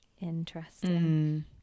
interesting